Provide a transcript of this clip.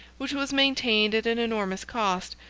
which was maintained at an enormous cost,